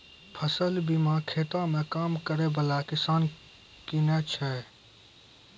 फसल बीमा खेतो मे काम करै बाला किसान किनै छै